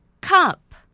cup